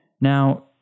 Now